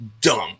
dumb